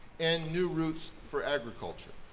and new routes for agriculture.